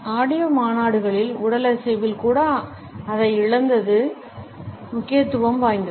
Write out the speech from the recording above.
audio மாநாடுகளில் உடலசைவியல் கூட அதை இழந்தது முக்கியத்துவம் வாய்ந்தது